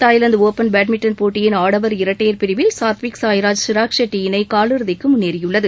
தாய்வாந்து open badminton போட்டியின் ஆடவா் இரட்டையா் பிரிவில் சாத்விக் சாய்ராஜ் ஷிராக்ஷெட்டி இணை கால் இறுதிக்கு முன்னேறியுள்ளது